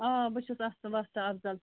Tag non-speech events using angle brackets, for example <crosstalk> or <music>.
آ بہٕ چھَس اَصٕل اکھ <unintelligible>